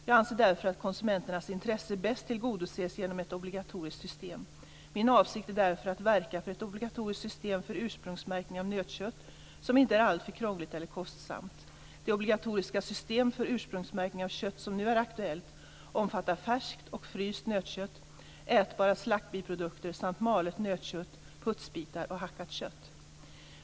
Jag anser därför att konsumenternas intressen bäst tillgodoses genom ett obligatoriskt system. Min avsikt är därför att verka för ett obligatoriskt system för ursprungsmärkning av nötkött som inte är alltför krångligt eller kostsamt. Det obligatoriska system för ursprungsmärkning av kött som nu är aktuellt omfattar färskt och fryst nötkött, ätbara slaktbiprodukter samt malet nötkött, putsbitar och hackat kött.